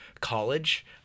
college